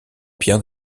pierre